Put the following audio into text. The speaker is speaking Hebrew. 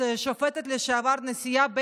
לשופטת לשעבר הנשיאה בייניש,